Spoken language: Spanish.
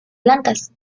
blancas